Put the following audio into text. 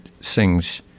sings